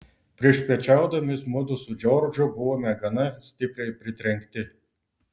priešpiečiaudami mudu su džordžu buvome gana stipriai pritrenkti